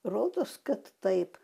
rodos kad taip